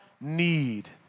need